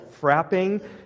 frapping